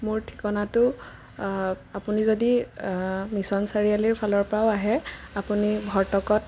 মোৰ ঠিকনাটো আপুনি যদি মিচন চাৰিআলিৰ ফালৰ পৰাও আহে আপুনি ভৰ্টকত